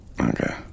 Okay